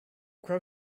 crow